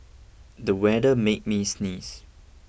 the weather made me sneeze